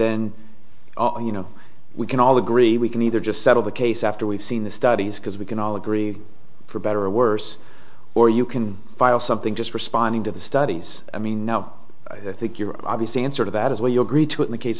then you know we can all agree we can either just settle the case after we've seen the studies because we can all agree for better or worse or you can file something just responding to the studies i mean now i think your obvious answer to that is what you agreed to in the case